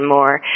more